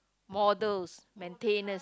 models maintenance